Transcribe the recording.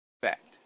fact